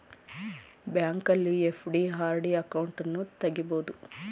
ಬ್ಯಾಂಕಲ್ಲಿ FD, RD ಅಕೌಂಟನ್ನು ತಗಿಬೋದು